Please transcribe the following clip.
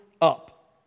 up